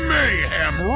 Mayhem